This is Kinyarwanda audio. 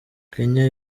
kenya